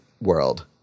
World